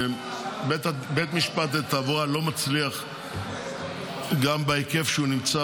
בית משפט לתעבורה לא מצליח גם בהיקף שהוא נמצא